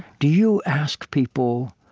do you ask people,